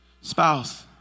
Spouse